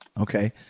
okay